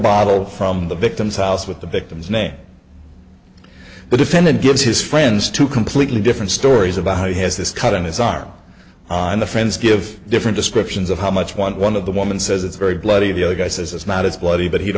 bottle from the victim's house with the victim's name the defendant gives his friends two completely different stories about how he has this cut on his arm on the friends give different descriptions of how much one one of the woman says it's very bloody the other guy says it's not as bloody but he'd